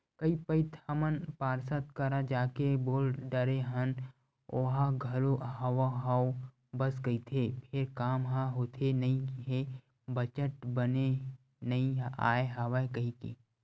कई पइत हमन पार्षद करा जाके बोल डरे हन ओहा घलो हव हव बस कहिथे फेर काम ह होथे नइ हे बजट बने नइ आय हवय कहिथे